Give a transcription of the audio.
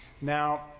Now